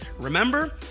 Remember